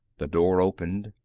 the door opened,